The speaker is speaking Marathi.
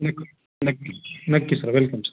नक्की नक्की नक्की सर वेलकम सर